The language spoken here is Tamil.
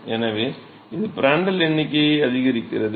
எனவே இது பிராண்டல் எண்ணிக்கையை அதிகரிக்கிறது